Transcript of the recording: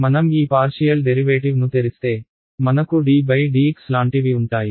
మనం ఈ partial derivative ను తెరిస్తే మనకు ddx లాంటివి ఉంటాయి